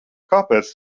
kāpēc